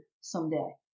someday